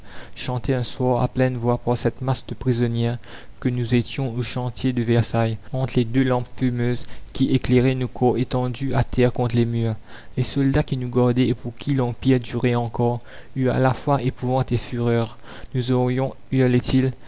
chantée un soir à pleines voix par cette masse de prisonnières que nous étions aux chantiers de versailles entre les deux lampes fumeuses qui éclairaient nos corps étendus à terre contre les murs les soldats qui nous gardaient et pour qui l'empire durait encore eurent à la fois épouvante et fureur nous aurions